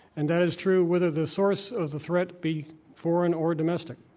and that is true whether the source of the threat be foreign or domestic.